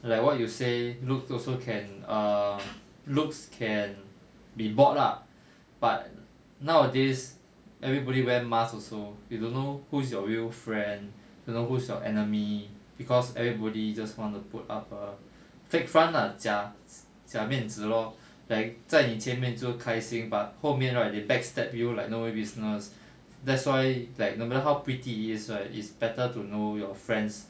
like what you say look also can err looks can be bought lah but nowadays everybody wear masks also you don't know who's your real friend you don't know who's your enemy cause everybody just want to put up a fake front lah 假假面子 lor like 在你前面就开心 but 后面 right they backstab you like nobody business that's why like no matter how pretty it is right is better to know your friends